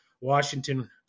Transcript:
Washington